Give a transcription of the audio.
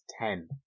ten